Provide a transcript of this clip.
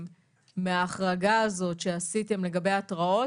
מההחרגה הזאת שעשיתם לגבי ההתראות,